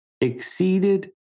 exceeded